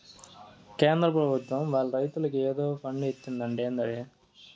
కేంద్ర పెభుత్వం వాళ్ళు రైతులకి ఏదో ఫండు ఇత్తందట ఏందది